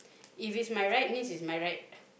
if it's my right means it's my right